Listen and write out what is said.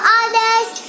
others